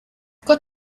got